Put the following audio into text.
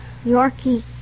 Yorkie